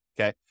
okay